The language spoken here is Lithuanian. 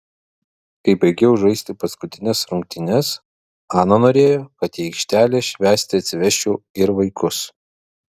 kai baigiau žaisti paskutines rungtynes ana norėjo kad į aikštelę švęsti atsivesčiau ir vaikus